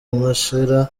mashira